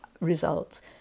results